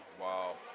wow